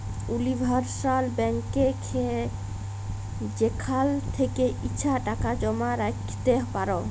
universal ব্যাংকে যেখাল থ্যাকে ইছা টাকা জমা রাইখতে পার